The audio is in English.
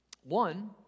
One